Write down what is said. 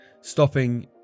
Stopping